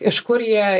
iš kur jie